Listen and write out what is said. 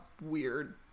weird